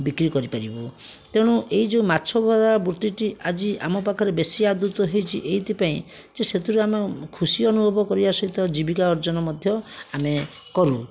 ବିକ୍ରି କରିପାରିବୁ ତେଣୁ ଏ ଯେଉଁ ମାଛର ବୃତ୍ତିଟି ଆଜି ଆମପାଖରେ ବେଶି ଆଦୃତ ହେଇଚି ଏଇଥିପାଇଁ ଯେ ସେଥିରୁ ଆମେ ଖୁସି ଅନୁଭବ କରିବା ସହିତ ଜୀବିକା ଅର୍ଜନ ମଧ୍ୟ ଆମେ କରୁ